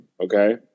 okay